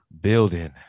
building